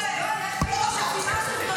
בבקשה.